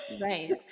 Right